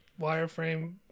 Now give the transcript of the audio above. wireframe